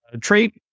trait